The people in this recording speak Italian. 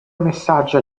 messaggio